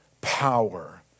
power